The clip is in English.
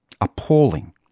appalling